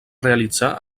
realitza